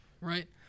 right